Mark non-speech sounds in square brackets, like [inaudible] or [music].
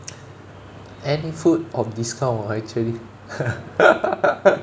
any food on discount ah actually [laughs]